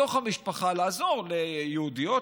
לעזור ליהודיות,